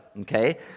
okay